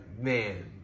man